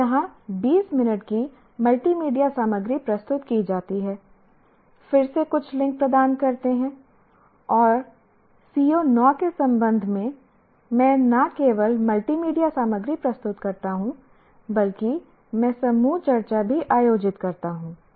और यहां 20 मिनट की मल्टीमीडिया सामग्री प्रस्तुत की जाती है फिर से कुछ लिंक प्रदान करते हैं या CO 9 के संबंध में मैं न केवल मल्टीमीडिया सामग्री प्रस्तुत करता हूं बल्कि मैं समूह चर्चा भी आयोजित करता हूं